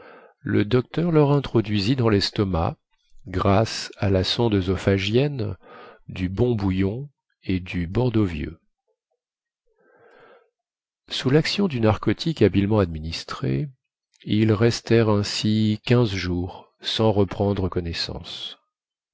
le docteur leur introduisit dans lestomac grâce à la sonde oesophagienne du bon bouillon et du bordeaux vieux sous laction du narcotique habilement administré ils restèrent ainsi quinze jours sans reprendre connaissance